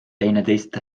teineteist